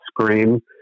scream